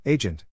Agent